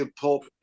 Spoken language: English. pull